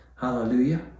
Hallelujah